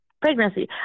pregnancy